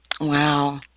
Wow